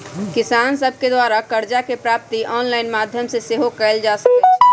किसान सभके द्वारा करजा के प्राप्ति ऑनलाइन माध्यमो से सेहो कएल जा सकइ छै